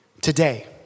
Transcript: Today